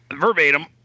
verbatim